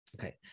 Okay